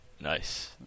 Nice